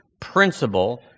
principle